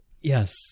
Yes